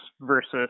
versus